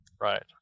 Right